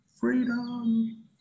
freedom